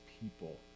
people